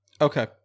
Okay